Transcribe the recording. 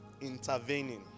intervening